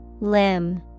Limb